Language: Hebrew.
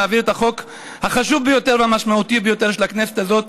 להעביר את החוק החשוב ביותר והמשמעותי ביותר של הכנסת הזאת,